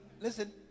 Listen